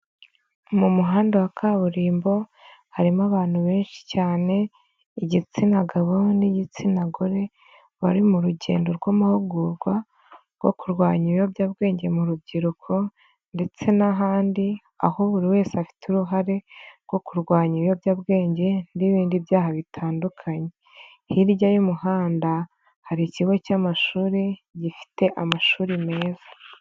Mu muhanda wa kaburimbo, harimo abantu benshi cyane, igitsina gabo n'igitsina gore, bari mu rugendo rw'amahugurwa rwo kurwanya ibiyobyabwenge mu rubyiruko ndetse n'ahandi, aho buri wese afite uruhare rwo kurwanya ibiyobyabwenge n'ibindi byaha bitandukanye, hirya y'umuhanda, hari ikigo cy'amashuri, gifite amashuri meza.